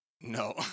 No